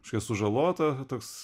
kažkokia sužalota toks